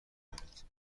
کنید